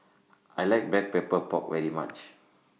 I like Black Pepper Pork very much